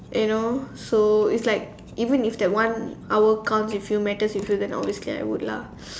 you know so it's like even if that one hour counts if you matters if you then obviously I would lah